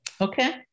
Okay